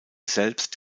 selbst